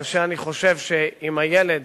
כאשר אני חושב שאם הילד